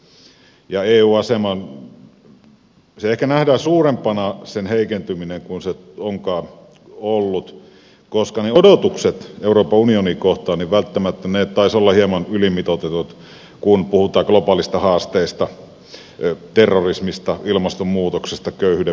eun aseman heikentyminen ehkä nähdään suurempana kuin se onkaan ollut koska ne odotukset euroopan unionia kohtaan taisivat olla hieman ylimitoitetut kun puhutaan globaaleista haasteista terrorismista ilmastonmuutoksesta köyhyyden vähentämisestä ja noin